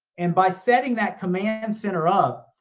and by setting that command center up,